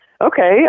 Okay